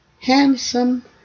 handsome